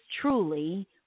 truly